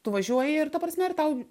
tu važiuoji ir ta prasme ir tau